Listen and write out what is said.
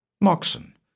Moxon